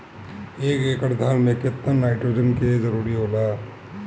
एक एकड़ धान मे केतना नाइट्रोजन के जरूरी होला?